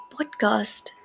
Podcast